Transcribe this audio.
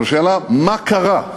אבל השאלה, מה קרה?